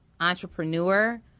entrepreneur